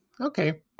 Okay